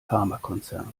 pharmakonzerns